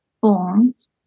forms